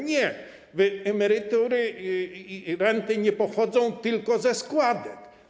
Nie, emerytury i renty nie pochodzą tylko ze składek.